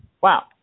wow